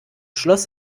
schloß